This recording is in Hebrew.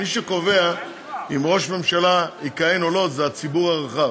מי שקובע אם ראש ממשלה יכהן או לא זה הציבור הרחב.